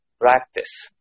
practice